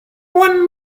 one